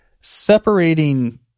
Separating